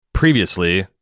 Previously